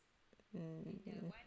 um